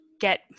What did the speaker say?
get